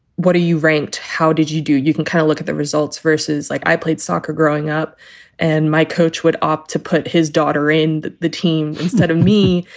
what are you ranked? how did you do? you can kind of look at the results versus like i played soccer growing up and my coach would opt to put his daughter in the the team instead of me.